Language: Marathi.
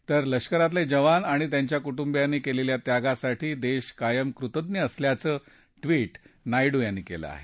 तर लष्करातले जवान आणि त्यांच्या कुटुंबियांनी केलेल्या त्यागासाठी देश कायम कृतज्ञ असल्याचं ट्विट नायडू यांनी केलं आहे